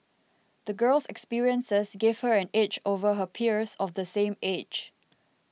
the girl's experiences gave her an edge over her peers of the same age